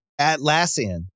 Atlassian